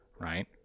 right